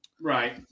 right